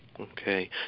Okay